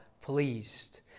pleased